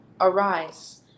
Arise